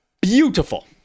beautiful